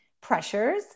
pressures